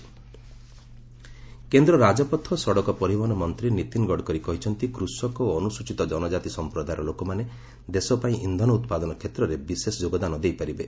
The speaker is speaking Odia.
ୱାଲ୍ଡ ଟ୍ରାଇବାଲ୍ ଡେ କେନ୍ଦ୍ର ରାଜପଥ ଓ ସଡ଼କ ପରିବହନ ମନ୍ତ୍ରୀ ନୀତିନ୍ ଗଡ଼କରି କହିଛନ୍ତି କୃଷକ ଓ ଅନୁସ୍ଚିତ ଜନଜାତି ସଂପ୍ରଦାୟର ଲୋକମାନେ ଦେଶ ପାଇଁ ଇନ୍ଧନ ଉତ୍ପାଦନ କ୍ଷେତ୍ରରେ ବିଶେଷ ଯୋଗଦାନ ଦେଇପାରିବେ